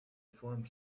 formed